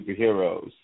superheroes